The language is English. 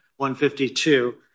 152